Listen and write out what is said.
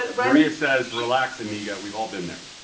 ah maria says, relax, amiga. we've all been there.